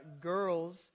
girls